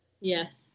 Yes